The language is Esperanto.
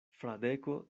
fradeko